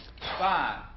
five